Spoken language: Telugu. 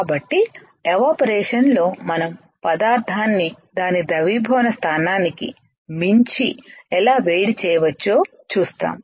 కాబట్టి ఎవాపరేషన్ లో మనం పదార్థాన్ని దాని ద్రవీభవన స్థానానికి కి మించి ఎలా వేడి చేయవచ్చో చూస్తాము